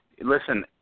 Listen